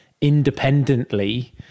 independently